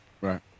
Right